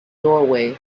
doorway